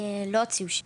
לא הוציאו שיש,